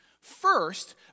First